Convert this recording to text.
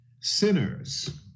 sinners